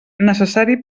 necessari